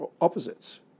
opposites